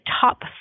top